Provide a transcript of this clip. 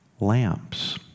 lamps